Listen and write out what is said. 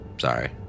Sorry